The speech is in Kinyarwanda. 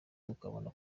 tukabona